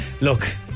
Look